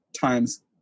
times